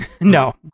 no